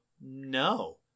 no